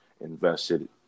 invested